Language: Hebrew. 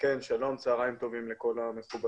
צהריים טובים לכולם.